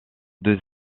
deux